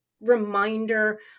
reminder